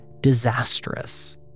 disastrous